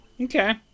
Okay